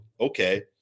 okay